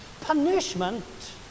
punishment